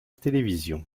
télévision